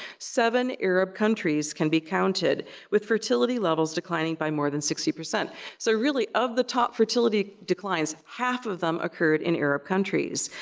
seven arab countries can be counted with fertility levels declining by more than sixty. so really, of the top fertility declines, half of them occurred in arab countries.